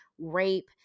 rape